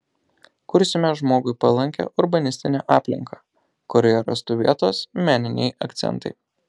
kursime žmogui palankią urbanistinę aplinką kurioje rastų vietos meniniai akcentai